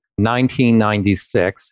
1996